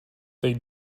they